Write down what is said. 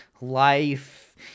life